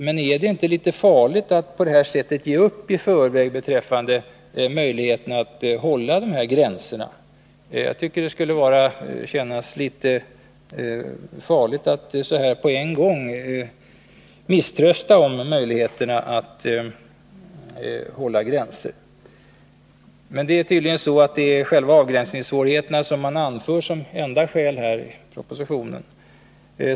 Men är det inte litet farligt att på detta sätt ge upp i förväg beträffande möjligheterna att hålla dessa gränser? Jag tycker det skulle kännas litet farligt att så här på en gång misströsta om möjligheterna att hålla gränser. Men det är tydligen själva avgränsningssvårigheterna som anförs som enda skäl i propositionen.